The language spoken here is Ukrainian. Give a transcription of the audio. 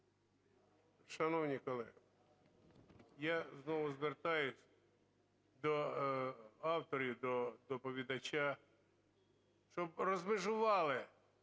Шановні колеги, я знову звертаюсь до авторів, до доповідача, щоб розмежували,